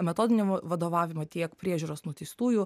metodinio va vadovavimo tiek priežiūros nuteistųjų